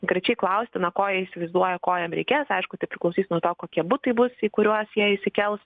konkrečiai klausti na ko jie įsivaizduoja ko jam reikės aišku tai priklausys nuo to kokie butai bus į kuriuos jie įsikels